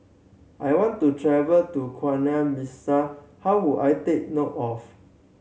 I want to travel to Guinea Bissau how would I take note of